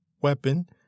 weapon